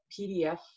PDF